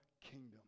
kingdom